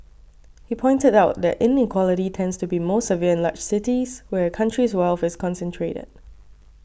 he pointed out that inequality tends to be most severe in large cities where a country's wealth is concentrated